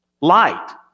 Light